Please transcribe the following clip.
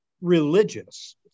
religious